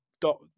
dot